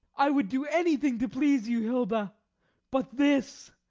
i would do anything to please you, hilda but this.